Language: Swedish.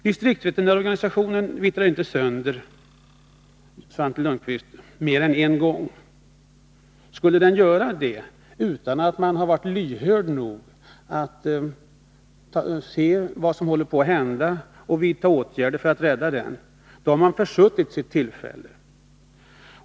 Distriktsveterinärorganisationen vittrar inte sönder mer än en gång. Skulle den vittra sönder utan att man har varit lyhörd nog beträffande vad som håller på att hända och utan att man har vidtagit åtgärder för att rädda organisationen, då har man försuttit sitt tillfälle.